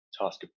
task